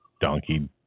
donkey